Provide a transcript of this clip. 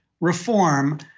reform